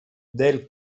del